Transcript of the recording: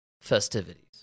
festivities